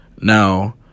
Now